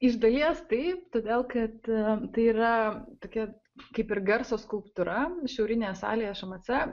iš dalies taip todėl kad tai yra tokia kaip ir garso skulptūra šiaurinėje salėje šmc